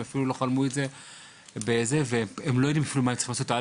אפילו לא חלמו עליה והם לא יודעים מה הם צריכים לעשות.